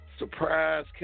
Surprise